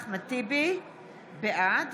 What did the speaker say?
בעד